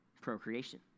procreation